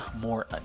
more